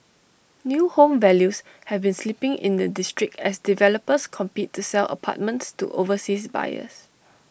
new home values have been slipping in the district as developers compete to sell apartments to overseas buyers